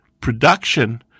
production